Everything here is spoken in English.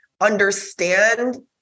understand